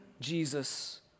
Jesus